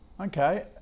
Okay